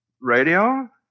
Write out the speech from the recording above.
Radio